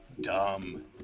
dumb